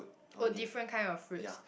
oh different kind of fruits